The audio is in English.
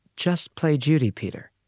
just play, judy. peter,